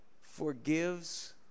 forgives